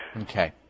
Okay